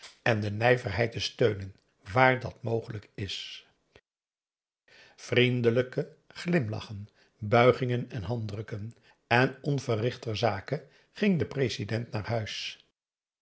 en de nijverheid te steunen waar dat mogelijk is vriendelijke glimlachen buigingen en handdrukken en onverrichterzake ging de president naar huis